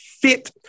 fit